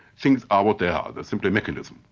things are what they are, they're simply mechanism,